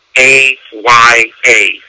A-Y-A